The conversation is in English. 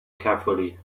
carefully